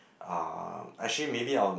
ah actually maybe I'll